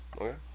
Okay